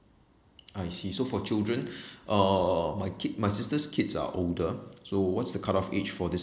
I see so for children uh my ki~ my sister's kids are older so what's the cut off age for this